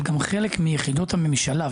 אבל גם חלק מיחידות הממשלה,